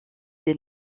des